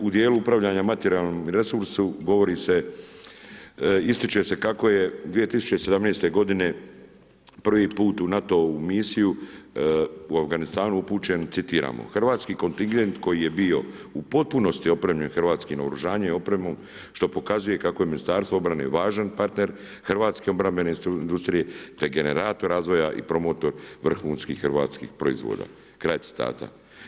U dijelu upravljanja materijalnim resursima govori se, ističe se kako je 2017. godine prvi put u NATO misiju u Afganistanu upućen citiramo: „Hrvatski kontingent koji je bio u potpunosti opremljen hrvatskim naoružanjem i opremom, što pokazuje kako je Ministarstvo obrane važan partner hrvatske obrambene industrije, te generator razvoja i promotor vrhunskih hrvatskih proizvoda.“, kraj citata.